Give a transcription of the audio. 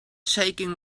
shaking